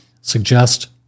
suggest